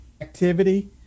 activity